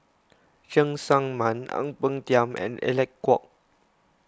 Cheng Tsang Man Ang Peng Tiam and Alec Kuok